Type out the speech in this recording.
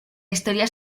historia